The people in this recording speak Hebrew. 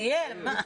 סיים.